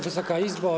Wysoka Izbo!